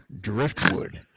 Driftwood